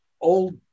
old